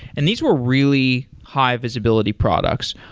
and these were really high-visibility products.